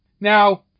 Now